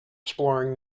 exploring